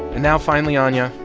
now finally, anya.